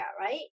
right